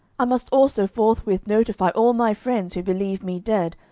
i must also forthwith notify all my friends who believe me dead,